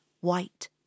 white